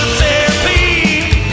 therapy